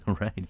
Right